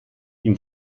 ihn